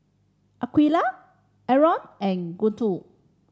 Aqilah Aaron and Guntur